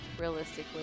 realistically